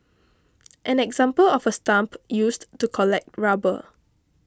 an example of a stump used to collect rubber